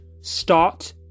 start